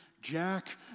Jack